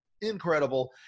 incredible